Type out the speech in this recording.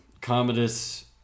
commodus